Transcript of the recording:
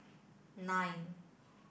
nine